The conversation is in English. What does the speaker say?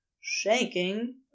shaking